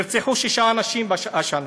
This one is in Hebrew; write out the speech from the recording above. ונרצחו שישה אנשים השנה,